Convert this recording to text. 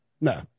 No